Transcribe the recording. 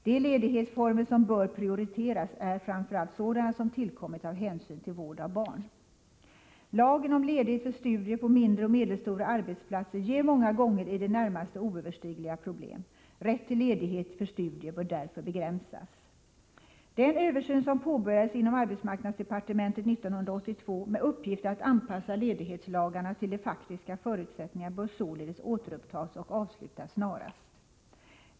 De ledighetsformer som bör prioriteras är sådana som tillkommit av hänsyn till vård av barn. Lagen om ledighet för studier skapar på mindre och medelstora arbetsplatser många gånger i det närmaste oöverstigliga problem. Rätten till ledighet för studier bör därför begränsas. Den översyn som påbörjades inom arbetsmarknadsdepartementet 1982 med uppgift att anpassa ledighetslagarna till de faktiska förutsättningarna bör således återupptas och avslutas snarast.